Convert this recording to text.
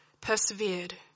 persevered